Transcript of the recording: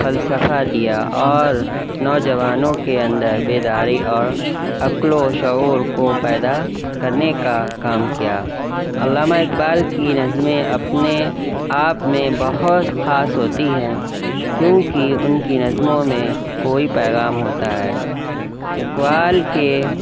فلسفہ دیا اور نوجوانوں کے اندر بیداری اور عقل و شعور کو پیدا کرنے کا کام کیا علامہ اقبال کی نظمیں اپنے آپ میں بہت خاص ہوتی ہیں کیونکہ ان کی نظموں میں کوئی پیغام ہوتا ہے اقبال کے